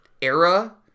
era